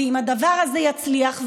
ואם הדבר הזה יצליח,